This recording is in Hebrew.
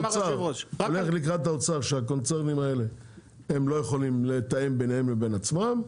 נלך לקראת האוצר שהקונצרנים האלה לא יכולים לתאם בינם לבין עצמם.